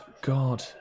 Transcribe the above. God